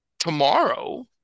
Tomorrow